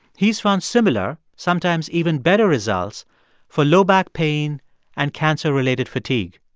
he's found similar, sometimes even better, results for low back pain and cancer-related fatigue.